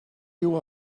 you